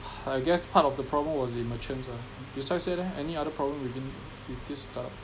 I guess part of the problem was the merchants ah besides that eh any other problem within with this startup